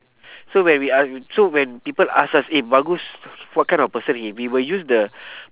so when we a~ so when people ask us eh bagus what kind of person he we will use the